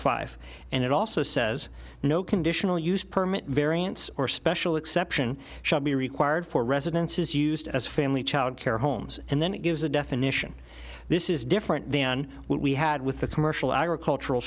five and it also says no conditional use permit variance or special exception shall be required for residences used as family child care homes and then it gives a definition this is different than what we had with the commercial agricultural